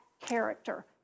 character